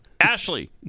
Ashley